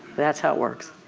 that's how it works.